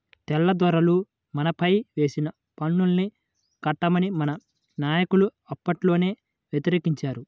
తెల్లదొరలు మనపైన వేసిన పన్నుల్ని కట్టమని మన నాయకులు అప్పట్లోనే వ్యతిరేకించారు